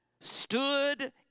stood